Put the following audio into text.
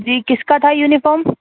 جی کس کا تھا یونیفام